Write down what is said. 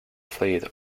fleet